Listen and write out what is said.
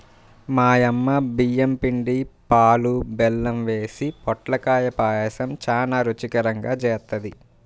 మా యమ్మ బియ్యం పిండి, పాలు, బెల్లం యేసి పొట్లకాయ పాయసం చానా రుచికరంగా జేత్తది